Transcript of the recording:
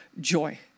joy